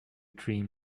dream